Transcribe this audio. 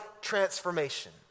transformation